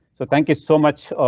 so thank you so much.